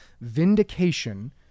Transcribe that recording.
vindication